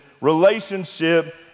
Relationship